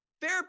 Fair